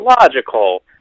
logical